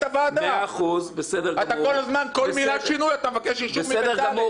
כל מילה שינוי, אתה מבקש אישור מבצלאל.